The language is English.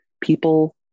people